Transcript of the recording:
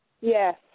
Yes